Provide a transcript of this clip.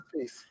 Peace